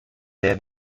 sehr